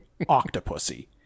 Octopussy